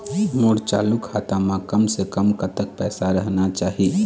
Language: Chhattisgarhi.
मोर चालू खाता म कम से कम कतक पैसा रहना चाही?